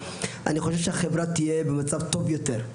אני חושב שהחברה תהיה במצב טוב יותר,